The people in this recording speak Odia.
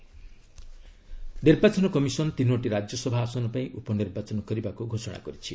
ଇସି ବାଇ ପୋଲ ନିର୍ବାଚନ କମିଶନ୍ ତିନୋଟି ରାଜ୍ୟସଭା ଆସନ ପାଇଁ ଉପନିର୍ବାଚନ କରିବାକୁ ଘୋଷଣା କରିଛି